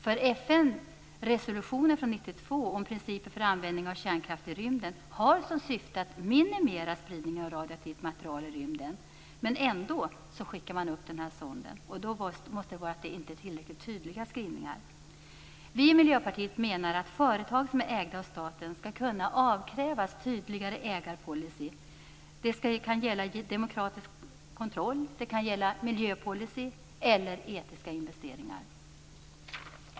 FN-resolutionen från 1992 om principer för användning av kärnkraft i rymden har som syfte att minimera spridningen av radioaktivt material i rymden. Ändå skickar man upp den här sonden. Således kan det inte vara tillräckligt tydliga skrivningar. Vi i Miljöpartiet menar att företag som ägs av staten skall kunna avkrävas en tydligare ägarpolicy. Det kan gälla demokratisk kontroll. Det kan också gälla miljöpolicy eller etiska investeringar.